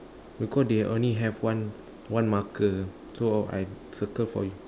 because they only have one one marker so I circle for you